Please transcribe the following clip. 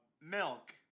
Milk